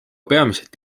peamiselt